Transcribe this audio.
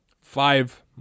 five